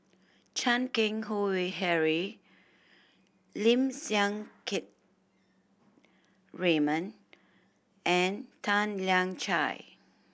Chan Keng Howe Harry Lim Siang Keat Raymond and Tan Lian Chye